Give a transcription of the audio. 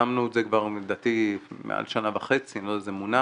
שמנו את זה לדעתי כבר מעל שנה וחצי זה מונח,